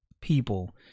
people